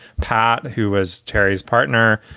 pat, who was terry's partner,